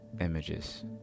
images